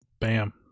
Bam